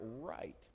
right